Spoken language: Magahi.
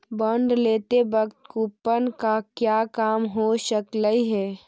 बॉन्ड लेते वक्त कूपन का क्या काम हो सकलई हे